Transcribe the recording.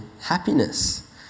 happiness